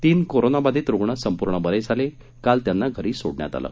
तीन कोरोनाबाधित रूग्ण संपूर्ण बरे झाले काल त्यांना घरी सोडण्यात आलं